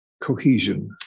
cohesion